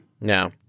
No